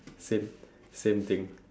same same thing